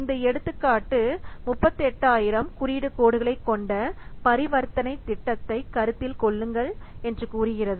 இந்த எடுத்துக்காட்டு 38000 குறியீடு கோடுகளை கொண்ட பரிவர்த்தனை திட்டத்தை கருத்தில் கொள்ளுங்கள் என்று கூறுகிறது